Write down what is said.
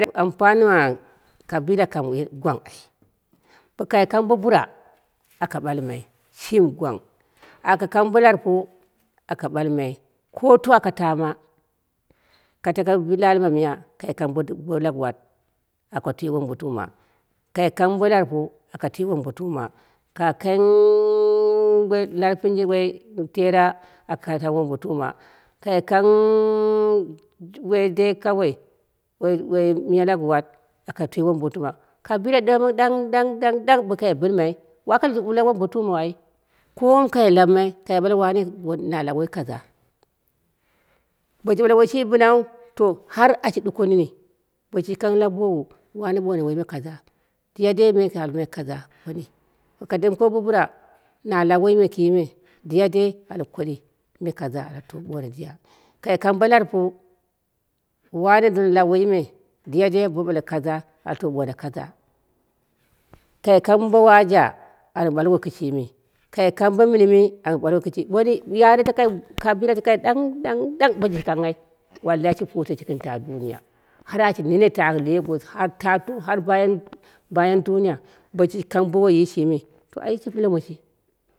Dai ampani ma kabila kam gwang a, bokai kang bo bura, aka ɓalmai shimi gwang, aka kang bo larpu aka ɓalmai, ko to aka tama, ka tako dali ma miya kaikang bo laguwat aka tui wambotuma, kai kang bo larpu aka twi wombotuma, kaikang woi dei kawoi woi woi miyalaguwat aka twi wombotuma, ka gɨre ɗang ɗang, ɗang bo kai bɨnmai wako wule wombuman ai, ko wom kai lam bmai kai ḇale wane ne lab woi kaza, boshi ɓale woi shiji bɨnau to har ashi ɗuko nini. Boshiji kang la buwo wane ɓono woiyi me kaza, diyadei me kai almai kaza bane, boko ɗim ko bo bura na lab woiyi me kime diyadei, a ɓale kooɗi me kaza to ɓono diya. Kai kang bo larpu wane dono lab woiyi me diyadei bo b'ale kaja to ɓono kaja kai kang bo waja an ɓalwo kɨshimi kai kang bo minimi an ɓalwo kɨshimi, wani yak kabila tang ɗang, ɗang, ɗang boshiji kanghai wallayi shi putoshi gɨn ta duniya, har ashi nene ta legosh har ta to har ta bayam duniya boshiriji kang bo woi shimi to ai shi lomoshi